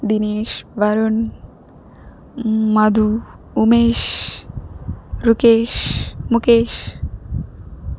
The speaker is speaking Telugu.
దినేష్ వరుణ్ మధు ఉమేష్ రుకేష్ ముఖేష్